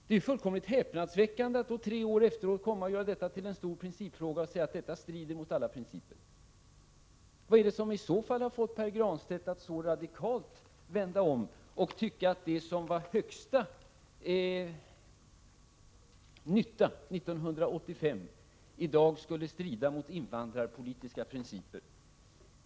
Det är ju fullkomligt häpnadsväckande att han tre år senare kommer och gör detta till en stor principfråga och säger att det strider mot alla principer! Vad är det som har fått Pär Granstedt att så radikalt vända om och tycka att det som var största nytta 1985 i dag skulle strida mot invandrarpolitiska principer?